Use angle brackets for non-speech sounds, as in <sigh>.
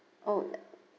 oh <noise>